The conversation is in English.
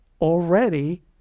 already